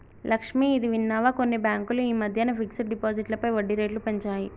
లక్ష్మి, ఇది విన్నావా కొన్ని బ్యాంకులు ఈ మధ్యన ఫిక్స్డ్ డిపాజిట్లపై వడ్డీ రేట్లు పెంచాయి